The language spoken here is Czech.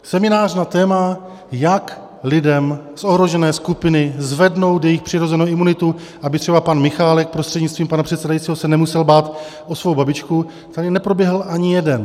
Seminář na téma, jak lidem z ohrožené skupiny zvednout jejich přirozenou imunitu, aby třeba pan Michálek prostřednictvím pana předsedajícího se nemusel bát o svou babičku, tady neproběhl ani jeden.